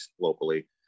locally